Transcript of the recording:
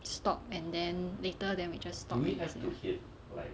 stop and then later then we just stop and that's it ah